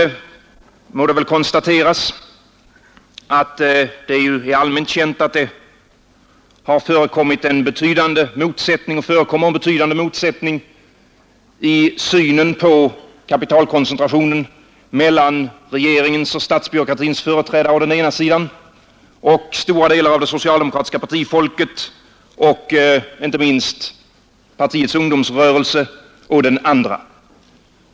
Det är ju allmänt känt att det förekommit och förekommer en betydande motsättning i synen på kapitalkoncentrationen mellan regeringens och statsbyråkratins företrädare å ena sidan och stora delar av det socialdemokratiska partifolket, inte minst partiets ungdomsrörelse, å andra sidan.